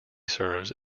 serves